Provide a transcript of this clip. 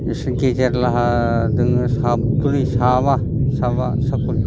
एसे गेजेरलाहा दङ साब्रै साबा साबा